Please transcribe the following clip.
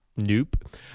Nope